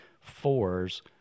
fours